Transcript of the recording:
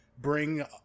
bring